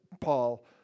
Paul